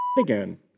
again